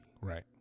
Right